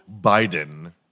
Biden